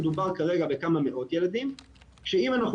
מדובר כרגע בכמה מאות ילדים שאם אנחנו